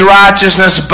righteousness